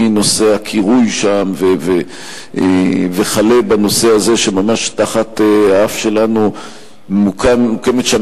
החל בנושא הקירוי שם וכלה בנושא הזה שממש תחת האף שלנו מוקמת שם